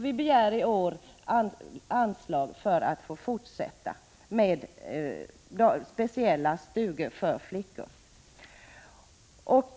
Vi har i år begärt anslag för att kunna fortsätta med vår verksamhet med speciella ”stugor” för flickor.